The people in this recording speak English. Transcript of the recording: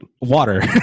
water